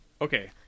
Okay